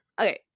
Okay